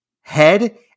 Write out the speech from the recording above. head